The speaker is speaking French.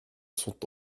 sont